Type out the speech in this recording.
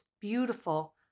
beautiful